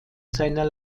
seiner